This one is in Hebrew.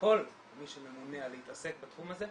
שכל מי שממונה על להתעסק בתחום הזה,